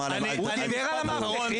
הוא אמר להם --- הוא דיבר על המאבטחים,